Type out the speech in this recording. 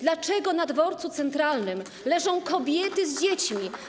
Dlaczego na Dworcu Centralnym leżą kobiety z dziećmi?